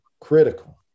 critical